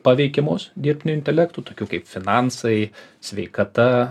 paveikiamos dirbtiniu intelektu tokių kaip finansai sveikata